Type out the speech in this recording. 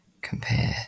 compare